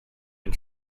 and